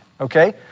okay